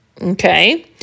okay